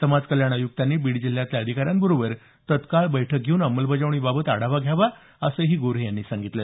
समाज कल्याण आयुक्तांनी बीड जिल्हातील अधिकाऱ्यांबरोबर तत्काळ बैठक घेऊन अंमलबजावणी बाबत आढावा घ्यावा असंही गोऱ्हे यांनी सांगितलं